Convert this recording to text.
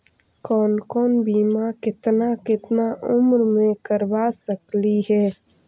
कौन कौन बिमा केतना केतना उम्र मे करबा सकली हे?